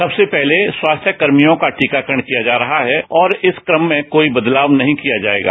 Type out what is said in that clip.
सबसे पहले स्वास्थ्य कर्मियों का टीकाकरण किया जा रहा है और इस क्रम में कोई बदलाव नहीं किया जाएगा